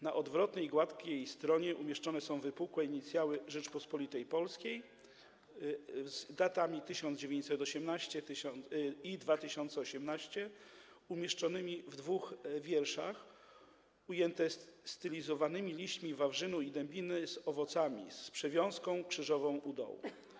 Na odwrotnej, gładkiej stronie umieszczone są wypukłe inicjały Rzeczypospolitej Polskiej z datami 1918 i 2018 umieszczonymi w dwóch wierszach, ujęte stylizowanymi liśćmi wawrzynu i dębiny z owocami, z przewiązką krzyżową u dołu.